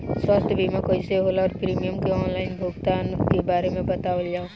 स्वास्थ्य बीमा कइसे होला और प्रीमियम के आनलाइन भुगतान के बारे में बतावल जाव?